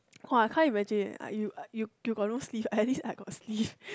!wah! I can't imagine eh you you got no sleeve at least I got sleeve